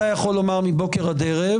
אתה יכול לומר מבוקר עד ערב.